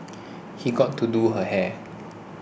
he got to do her hair